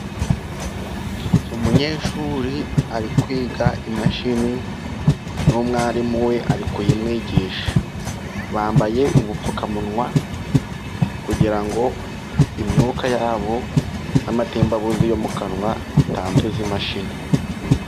Umunyeshuri ari kwiga imashini, n'umwarimu we ari kuyimwigisha. Bambaye ubupfukamunwa, kugira ngo imyuka yabo n'amatembabuzi yo mu kanwa bitanduza imashini.